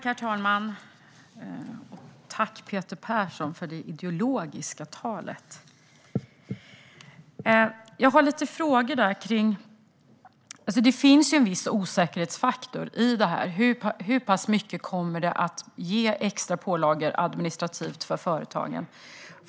Herr talman! Jag tackar Peter Persson för hans ideologiska tal. Jag har några frågor. Det finns en viss osäkerhetsfaktor i detta. Hur pass många extra administrativa pålagor kommer detta att ge för företagen?